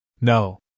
No